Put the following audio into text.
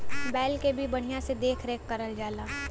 बैल क भी बढ़िया से देख रेख करल जाला